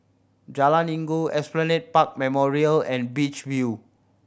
Jalan Inggu Esplanade Park Memorial and Beach View